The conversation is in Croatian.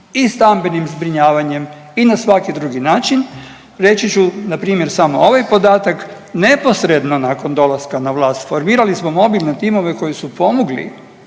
i stambenim zbrinjavanjem i na svaki drugi način. Reći ću npr. samo ovaj podatak neposredno nakon dolaska na vlast formirali smo mobilne timove koji su pomogli